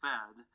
Fed